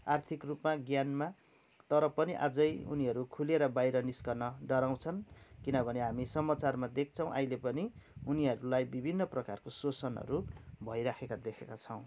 आर्थिक रूपमा ज्ञानमा तर पनि आझै उनीहरू खुलेर बाहिर निस्कन डराउँछन किनभने हामी समाचारमा देख्छौँ अहिले पनि उनीहरूलाई विभिन्न प्रकारको शोषणहरू भइराखेका देखेका छौँ